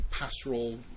pastoral